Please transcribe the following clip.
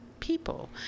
people